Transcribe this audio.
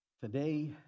Today